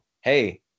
hey